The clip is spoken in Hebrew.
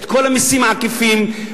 את כל המסים העקיפים,